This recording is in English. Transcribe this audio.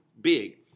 big